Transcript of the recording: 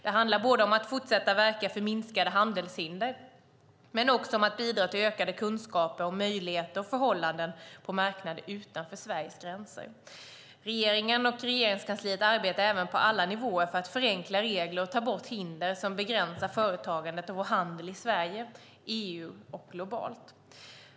Det handlar om att fortsätta verka för minskade handelshinder men också om att bidra till ökade kunskaper om möjligheter och förhållanden på marknader utanför Sveriges gränser. Regeringen och Regeringskansliet arbetar på alla nivåer för att förenkla regler och ta bort hinder som begränsar företagandet och vår handel i Sverige, EU och globalt.